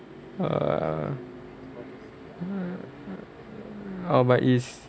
err hmm oh but is